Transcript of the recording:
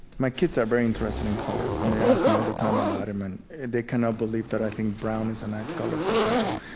my kids are very interested in color, and they ask me all the time about them, and they cannot believe that i think brown is a nice color, for example.